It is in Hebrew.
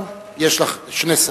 יש לך שני שרים.